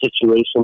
situation